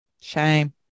Shame